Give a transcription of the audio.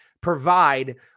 provide